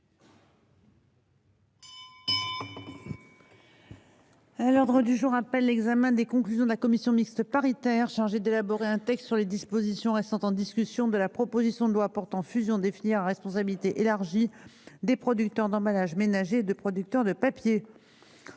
demande du Gouvernement, l'examen des conclusions de la commission mixte paritaire chargée d'élaborer un texte sur les dispositions restant en discussion de la proposition de loi portant fusion des filières à responsabilité élargie des producteurs d'emballages ménagers et des producteurs de papier